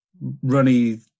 runny